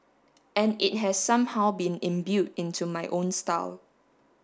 and it has somehow been imbued into my own style